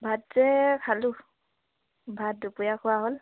ভাত যে খালো ভাত দুপৰীয়া খোৱা হ'ল